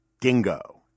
Dingo